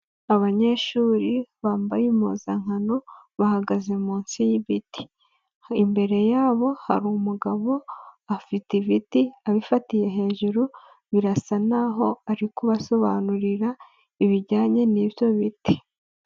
Abanyeshuri bambaye impuzankano bahagaze munsi y'ibiti. Imbere yabo hari umugabo afite ibiti abifatiye hejuru birasa naho ari kubasobanurira ibijyanye n'ibyo biti.